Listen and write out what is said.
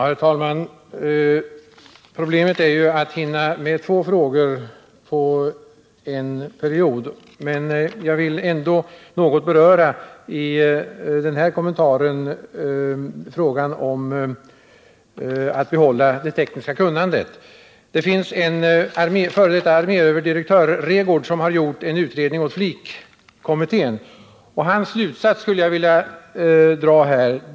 Herr talman! Problemet är ju att hinna med två frågor på en period, men jag vill ändå i den här kommentaren något beröra frågan om möjligheterna att behålla det tekniska kunnandet. F. d. arméöverdirektören Regårdh har gjort en utredning åt Flik-kommittén, och hans slutsats skulle jag vilja föredra här.